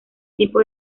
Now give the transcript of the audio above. tipo